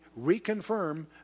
reconfirm